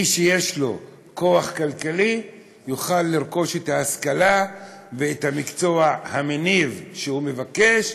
מי שיש לו כוח כלכלי יוכל לרכוש את ההשכלה ואת המקצוע המניב שהוא מבקש,